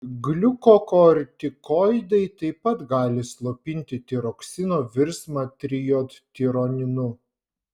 gliukokortikoidai taip pat gali slopinti tiroksino virsmą trijodtironinu